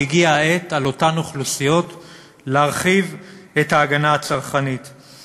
שהגיעה העת להרחיב את ההגנה הצרכנית על אותן אוכלוסיות.